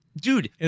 dude